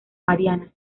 mariana